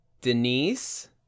Denise